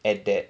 at that